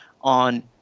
on